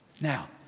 Now